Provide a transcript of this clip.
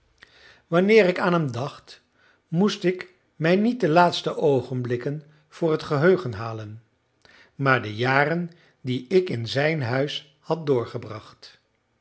wanneer ik aan hem dacht moest ik mij niet de laatste oogenblikken voor het geheugen halen maar de jaren die ik in zijn huis had doorgebracht